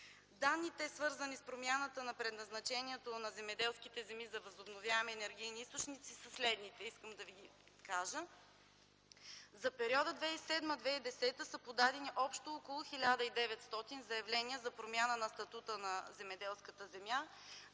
Данните, свързани с промяната на предназначението на земеделските земи за възобновяеми енергийни източници, са следните: за периода 2007 2010 г. са подадени общо около 1900 заявления за промяна на статута на земеделската земя